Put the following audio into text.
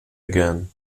again